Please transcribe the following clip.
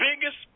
biggest